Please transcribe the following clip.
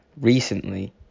recently